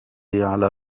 على